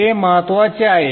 ते महत्वाचे आहे